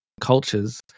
cultures